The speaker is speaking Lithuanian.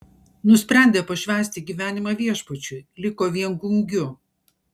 nusprendė pašvęsti gyvenimą viešpačiui liko viengungiu